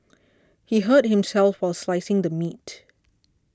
he hurt himself while slicing the meat